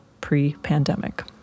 pre-pandemic